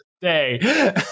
day